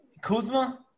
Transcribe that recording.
Kuzma